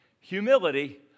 humility